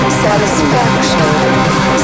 satisfaction